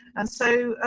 and so,